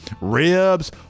ribs